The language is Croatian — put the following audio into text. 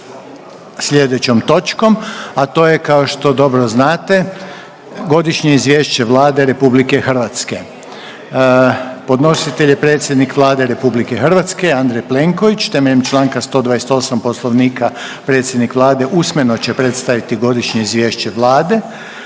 slijedećom točkom, a to je kao što dobro znate: - Godišnje izvješće Vlade Republike Hrvatske. Podnositelj je predsjednik Vlade RH Andrej Plenković, temeljem čl. 128. Poslovnika predsjednik Vlade usmeno će predstaviti Godišnje izvješće Vlade.